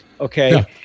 Okay